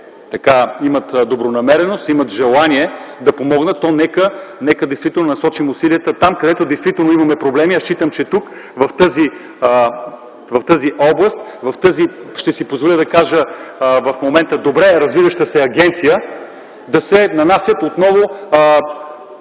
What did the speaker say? те имат добронамереност и желание да помогнат, то нека насочим усилията там, където действително имаме проблеми. Аз считам, че тук, в тази област – ще си позволя да кажа – при добре развиваща се агенция в момента, се нанасят отново